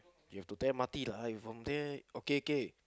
you have to take M_R_T lah !aiyo! from there okay okay